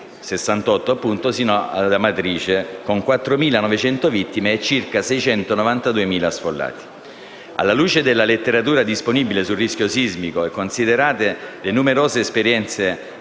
a quello di Amatrice - con 4.900 vittime e circa 692.000 sfollati. Alla luce della letteratura disponibile sul rischio sismico e considerate le numerose esperienze